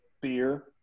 beer